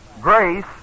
grace